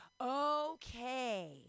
okay